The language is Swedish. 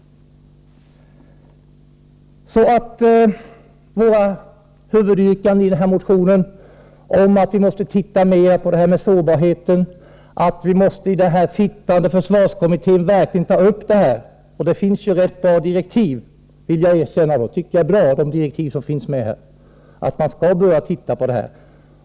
Våra huvudyrkanden i motionen är alltså att vi måste titta mer på sårbarheten och att den sittande försvarskommittén verkligen tar upp denna fråga — direktiven är rätt bra, vill jag erkänna; man skall börja titta på detta.